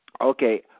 okay